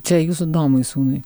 čia jūsų domui sūnui